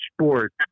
sport